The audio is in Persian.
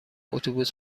اتوبوس